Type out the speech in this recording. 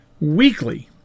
Weekly